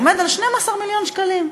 עומד על 12 מיליון שקלים.